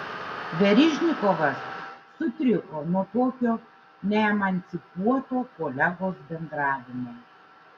verižnikovas sutriko nuo tokio neemancipuoto kolegos bendravimo